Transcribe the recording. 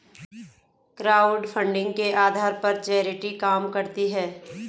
crowdfunding के आधार पर चैरिटी काम करती है